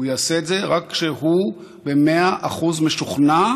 הוא יעשה את זה רק כשהוא במאה אחוז משוכנע,